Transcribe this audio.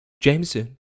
Jameson